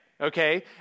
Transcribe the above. Okay